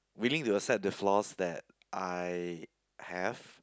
willing to accept the flaws that I have